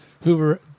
Hoover